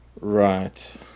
Right